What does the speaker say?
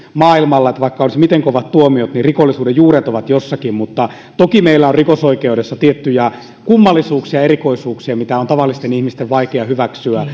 maailmalla että vaikka olisi miten kovat tuomiot niin rikollisuuden juuret ovat jossakin mutta toki meillä on rikosoikeudessa tiettyjä kummallisuuksia erikoisuuksia mitä on tavallisten ihmisten vaikea hyväksyä